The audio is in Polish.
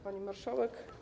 Pani Marszałek!